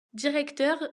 directeur